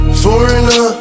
foreigner